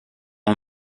ont